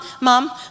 mom